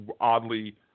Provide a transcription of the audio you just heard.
oddly